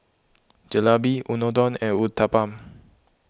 Jalebi Unadon and Uthapam